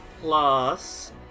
plus